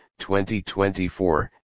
2024